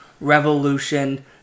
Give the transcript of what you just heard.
Revolution